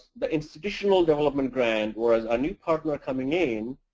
the institutional development grant whereas, a new partner coming in,